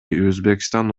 өзбекстан